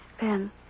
Ben